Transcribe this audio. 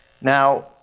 Now